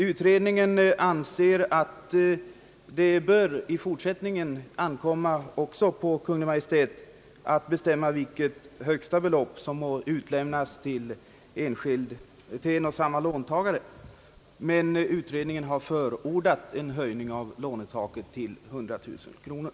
Utredningen anser att det i fortsättningen bör ankomma på Kungl. Maj:t att alltjämt bestämma vilket högsta belopp som må utlämnas till en och samma låntagare, men utredningen har förordat en höjning av lånetaket till 100 000 kronor.